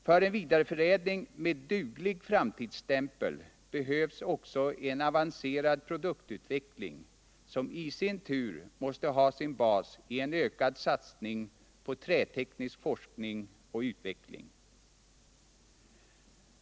För en vidareförädling med duglig framtidsstämpel behövs också en avancerad produktutveckling som i sin tur måste ha sin bas i en ökad satsning på träteknisk forskning och utveckling.